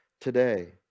today